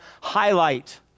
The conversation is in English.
highlight